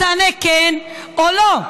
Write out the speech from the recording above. תענה כן או לא.